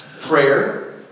Prayer